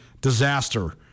disaster